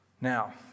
Now